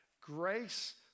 grace